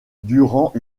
durant